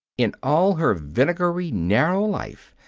in all her vinegary, narrow life,